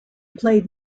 played